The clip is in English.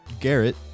Garrett